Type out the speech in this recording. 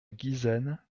guisane